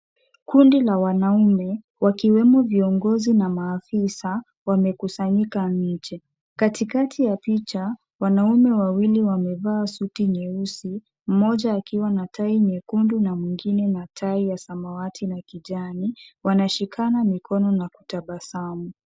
Kundi la wanaume wakiwemo viongozi na maafisa wamekusanyika nje. Katikati ya picha, wanaume wawili wamevaa suti nyeusi, mmoja akiwa na tai nyekundu na mwingine na tai ya samawati na kijani. Wanashikana mikono wakitabasamu.